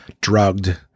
drugged